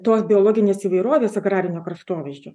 tos biologinės įvairovės agrarinio kraštovaizdžio